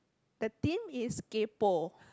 the theme is kaypo